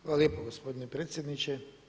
Hvala lijepo gospodine predsjedniče.